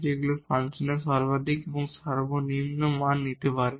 যেখানে ফাংশনটি ম্যাক্সিমা বা মিনিমা মান নিতে পারে